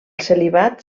celibat